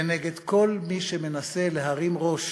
ונגד כל מי שמנסה להרים ראש